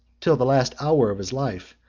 till the last hour of his life,